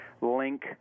link